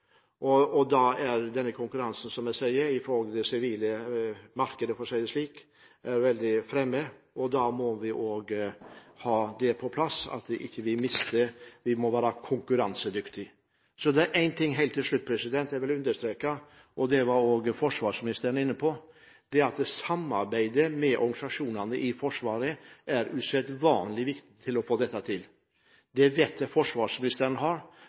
Da er konkurransen, som jeg sa, i forhold til det sivile markedet – for å si det slik – veldig fremme, og da må vi ikke misse, vi må være konkurransedyktige. Så vil jeg understreke én ting helt til slutt, og det var også forsvarsministeren inne på. Det er at samarbeidet med organisasjonene i Forsvaret er usedvanlig viktig for å få dette til. Det vet jeg forsvarsministeren